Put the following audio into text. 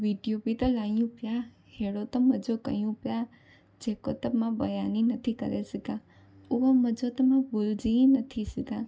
video बि त लाहियूं पिया अहिड़ो त मज़ो कयूंपिया जेको त मां बयानु ई नथी करे सघां उहो मज़ो त मां भूलिजी ई नथी सघां